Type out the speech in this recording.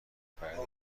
پرده